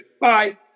Bye